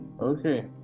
okay